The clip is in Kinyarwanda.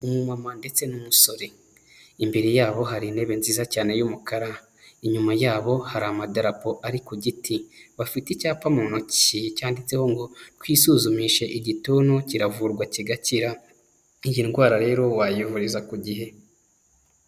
Umumama ndetse n'umusore, imbere yabo hari intebe nziza cyane y'umukara, inyuma yabo hari amadarapo ari ku giti, bafite icyapa mu ntoki cyanditseho ngo twisuzumishe igituntu kiravurwa kigakira, iyi ndwara rero wayivuriza ku gihe.